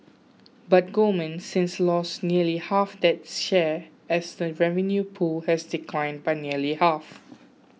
but Goldman since lost nearly half that share as the revenue pool has declined by nearly half